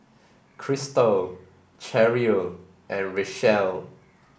Kristal Cheryle and Richelle